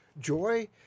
joy